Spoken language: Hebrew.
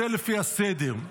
זה לפי הסדר.